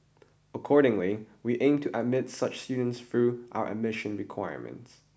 accordingly we aim to admit such students through our admission requirements